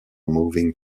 moving